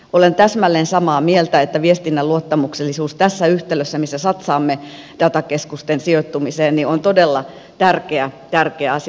olen täsmälleen samaa mieltä että viestinnän luottamuksellisuus tässä yhtälössä jossa satsaamme datakeskusten sijoittumiseen on todella tärkeä tärkeä asia